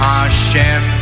Hashem